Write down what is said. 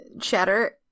chatter